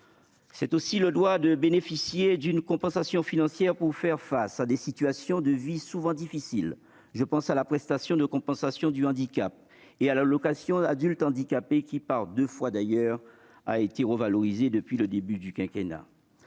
C'est aussi le droit de bénéficier d'une compensation financière pour faire face à des situations de vie souvent difficiles. Je pense à la prestation de compensation du handicap et à l'allocation aux adultes handicapés- cette dernière a d'ailleurs été revalorisée à deux reprises depuis le début du quinquennat.